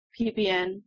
PPN